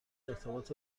ارتباط